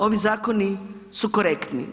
Ovi zakoni su korektni.